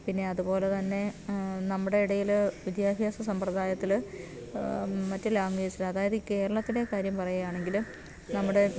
പിന്നെ അതുപോലെ തന്നെ നമ്മുടെ ഇടയില് വിദ്യാഭ്യാസ സമ്പ്രദായത്തില് മറ്റ് ലാംഗ്വേജില് അതായത് ഈ കേരളത്തിലെ കാര്യം പറയുകയാണെങ്കില് നമ്മുടെ